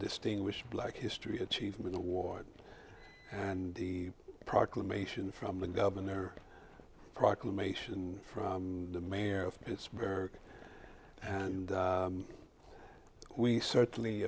distinguished black history achievement award and the proclamation from the governor proclamation from the mayor of pittsburgh and we certainly